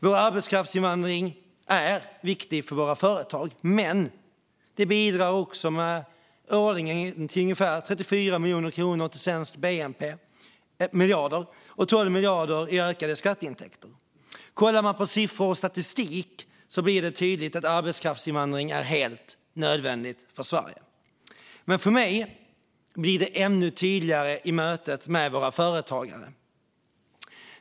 Vår arbetskraftsinvandring är viktig för våra företag, men den bidrar också årligen med ungefär 34 miljarder kronor till svensk bnp och 12 miljarder i ökade skatteintäkter. Kollar man på siffror och statistik blir det tydligt att arbetskraftsinvandring är helt nödvändigt för Sverige. För mig blir det dock ännu tydligare i mötet med våra företagare.